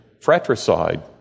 fratricide